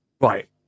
right